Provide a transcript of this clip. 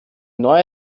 neue